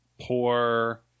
Poor